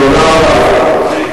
תודה רבה.